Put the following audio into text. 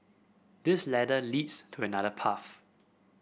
this ladder leads to another path